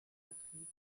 vertrieb